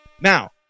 Now